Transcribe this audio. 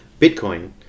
Bitcoin